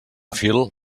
fil